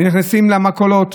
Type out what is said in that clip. נכנסים למכולות,